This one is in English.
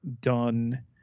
done